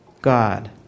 God